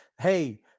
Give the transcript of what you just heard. hey